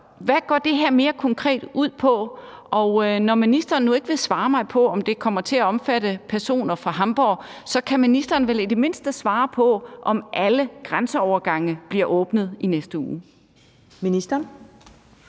hvad går det her mere konkret ud på? Når ministeren nu ikke vil svare mig på, om det kommer til at omfatte personer fra Hamborg, så kan ministeren vel i det mindste svare på, om alle grænseovergange bliver åbnet i næste uge. Kl.